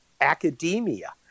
academia